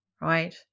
right